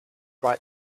write